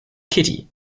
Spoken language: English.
kitty